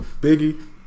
Biggie